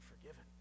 forgiven